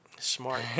Smart